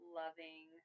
loving